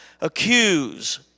accuse